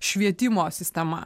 švietimo sistema